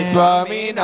Swami